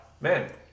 man